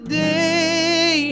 day